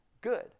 good